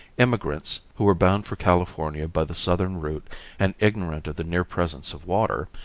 immigrants, who were bound for california by the southern route and ignorant of the near presence of water,